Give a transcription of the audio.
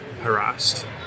harassed